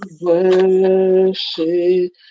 worship